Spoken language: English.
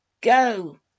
go